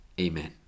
Amen